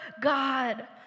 God